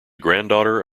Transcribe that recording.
granddaughter